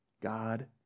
God